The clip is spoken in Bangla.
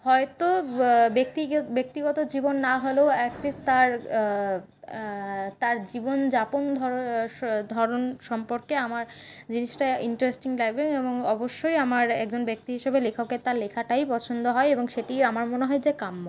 হয়তো ব্যক্তিগত জীবন না হলেও অ্যাট লিস্ট তার তার জীবনযাপন ধরণ সম্পর্কে আমার জিনিসটা ইন্টারেস্টিং লাগবে এবং অবশ্যই আমার একজন ব্যক্তি হিসেবে লেখকের তার লেখাটাই পছন্দ হয় এবং সেটিই আমার মনে হয় যে কাম্য